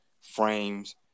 frames